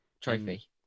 trophy